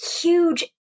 huge